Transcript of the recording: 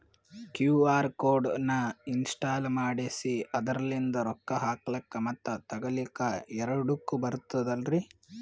QR code ನ install ಮಾಡೆಸಿ ಅದರ್ಲಿಂದ ರೊಕ್ಕ ಹಾಕ್ಲಕ್ಕ ಮತ್ತ ತಗಿಲಕ ಎರಡುಕ್ಕು ಬರ್ತದಲ್ರಿ?